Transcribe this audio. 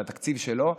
על התקציב שלו,